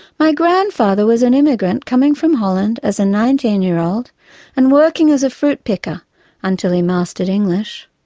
my grandfather was an immigrant coming from holland as a nineteen year old and working as a fruit picker until he mastered english.